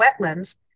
wetlands